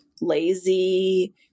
lazy